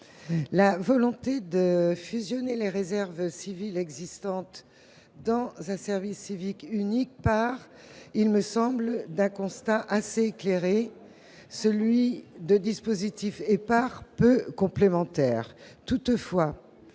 La volonté de fusionner les réserves civiles existantes dans un service civique unique part, me semble-t-il, d'un constat assez éclairé, celui de dispositifs épars et peu complémentaires.